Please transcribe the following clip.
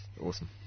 Awesome